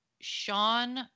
Sean